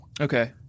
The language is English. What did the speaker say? Okay